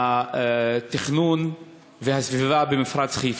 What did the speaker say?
התכנון והסביבה במפרץ-חיפה.